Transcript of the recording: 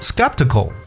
Skeptical